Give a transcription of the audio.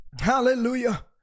hallelujah